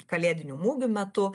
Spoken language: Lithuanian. kalėdinių mugių metu